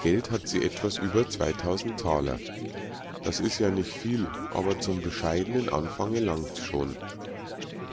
geld hat sie etwas über zweitausend taler das is ja nich viel aber zum bescheidenen anfange langt's schon